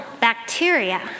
bacteria